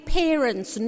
parents